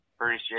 Appreciate